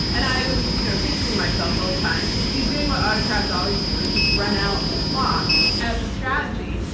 and i was you know thinking to myself the whole time, he's doing what autocrats always do, which is run out the clock as a strategy.